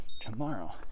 Tomorrow